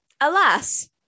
alas